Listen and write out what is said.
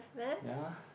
ya